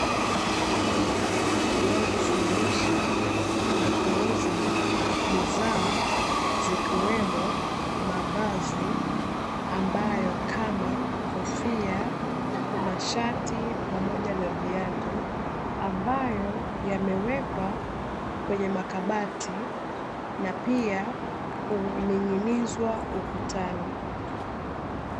Duka linalojishughulisha na kuuza bidhaa, zikiwemo mavazi ambayo kama kofia, mashati, pamoja na viatu, ambayo yamewekwa kwenye makabati na pia kuning'inizwa ukutani.